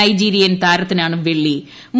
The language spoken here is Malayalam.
നൈജീരിയൻ താരത്തിനാണ് വെള്ളി മെഡൽ